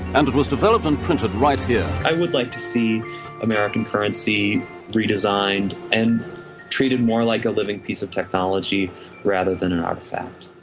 and it was developed and printed right here. i would like to see american currency redesigned, and treated more like a living piece of technology rather than an artifact.